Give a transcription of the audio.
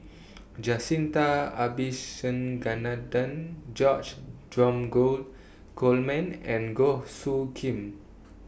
Jacintha Abisheganaden George Dromgold Coleman and Goh Soo Khim